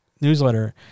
newsletter